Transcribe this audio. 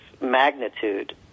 magnitude